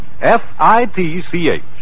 F-I-T-C-H